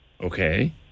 Okay